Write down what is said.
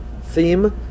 theme